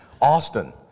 Austin